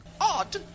Odd